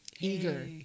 eager